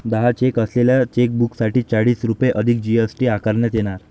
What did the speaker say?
दहा चेक असलेल्या चेकबुकसाठी चाळीस रुपये अधिक जी.एस.टी आकारण्यात येणार